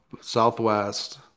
Southwest